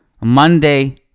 Monday